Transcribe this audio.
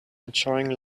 enjoying